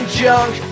junk